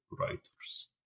writers